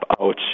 ouch